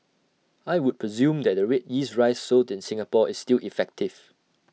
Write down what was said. I would presume that the Red Yeast Rice sold in Singapore is still effective